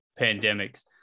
pandemics